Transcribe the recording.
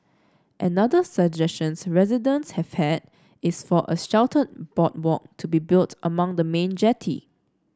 another suggestions residents have had is for a sheltered boardwalk to be built along the main jetty